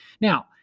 Now